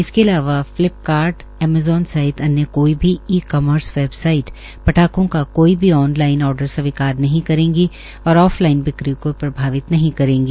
इसके अलावा Flipkart Amazon सहित अन्य कोई भी ई कॉमर्स वेबसाइट पटाखों का कोई भी ऑनलाइन आर्डर स्वीकार नहीं करेंगी और ऑफलाइन बिक्री को प्रभावित नहीं करेंगी